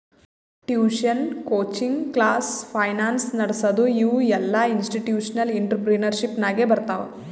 tuition, coaching class, finance ನಡಸದು ಇವು ಎಲ್ಲಾಇನ್ಸ್ಟಿಟ್ಯೂಷನಲ್ ಇಂಟ್ರಪ್ರಿನರ್ಶಿಪ್ ನಾಗೆ ಬರ್ತಾವ್